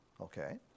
Okay